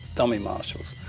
dummy marshalls,